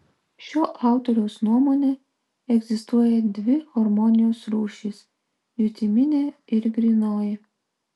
šio autoriaus nuomone egzistuoja dvi harmonijos rūšys jutiminė ir grynoji